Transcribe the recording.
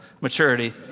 maturity